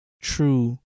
true